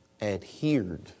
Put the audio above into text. adhered